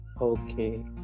Okay